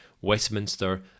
Westminster